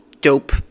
dope